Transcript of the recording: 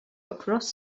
across